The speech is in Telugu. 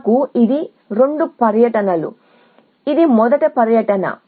నాకు 2 పర్యటనలు కావాలి